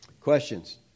Questions